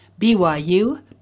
BYU